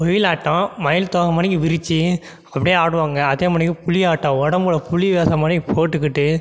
ஒயிலாட்டம் மயில் தோகை மாரிக்கி விரித்து அப்படியே ஆடுவாங்க அதேமாரிக்கி புலியாட்டம் உடம்புல புலி வேஷம் மாரி போட்டுக்கிட்டு